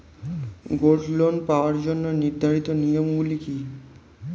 Gold loan পাওয়ার জন্য নির্ধারিত নিয়ম গুলি কি?